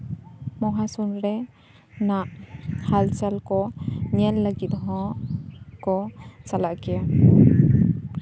ᱢᱚᱦᱟᱥᱩᱱ ᱨᱮᱱᱟᱜ ᱦᱟᱞᱪᱟᱞ ᱠᱚ ᱧᱮᱞ ᱞᱟᱹᱜᱤᱫ ᱦᱚᱸᱠᱚ ᱪᱟᱞᱟᱜ ᱜᱮᱭᱟ